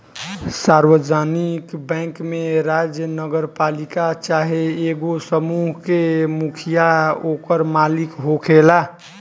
सार्वजानिक बैंक में राज्य, नगरपालिका चाहे एगो समूह के मुखिया ओकर मालिक होखेला